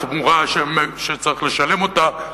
או אופציה לשחרר אותו בעד תמורה שצריך לשלם אותה,